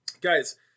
guys